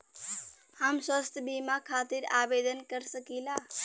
हम स्वास्थ्य बीमा खातिर आवेदन कर सकीला?